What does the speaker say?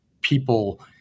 people